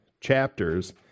chapters